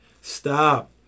Stop